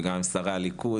גם עם שרי הליכוד,